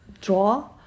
draw